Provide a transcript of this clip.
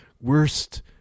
worst